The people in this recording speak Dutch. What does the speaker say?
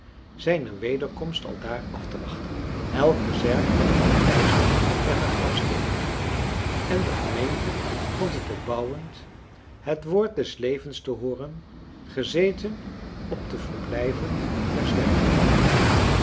zijne wederkomst aldaar af te wachten elke zerk van het plaveisel werd een grafsteen en de gemeente vond het opbouwend het woord des levens te hooren gezeten op de verblijven der